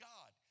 God